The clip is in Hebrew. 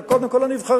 זה קודם כול הנבחרים.